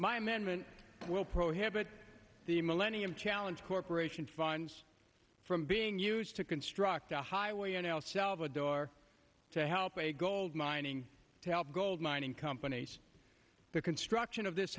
my management will prohibit the millennium challenge corporation funds from being used to construct a highway in el salvador to help a gold mining to help gold mining companies the construction of this